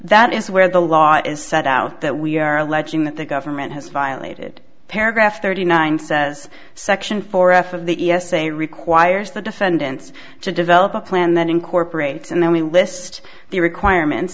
that is where the law is set out that we are alleging that the government has violated paragraph thirty nine says section four f of the e s a requires the defendants to develop a plan that incorporates and then we list the requirements